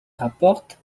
rapporte